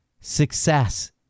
Success